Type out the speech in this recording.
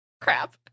Crap